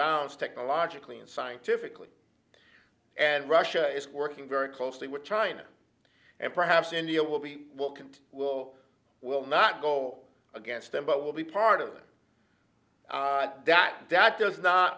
bounds technologically and scientifically and russia is working very closely with china and perhaps india will be welcomed will will not go against them but will be part of the that that does not